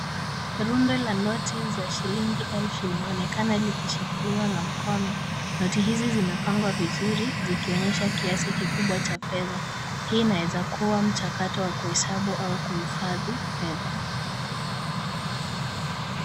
Rundo la noti za shilingi elfu inaonekana likishikiliwa na mkono. Noti hizi zimepangwa vizuri zikionyesha kiasi kikubwa cha fedha. Hii inaezakuwa mchakato wa kuhesabu au kuhifadhi fedha.